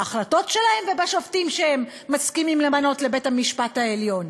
בהחלטות שלהם ובשופטים שהם מסכימים למנות לבית-המשפט העליון.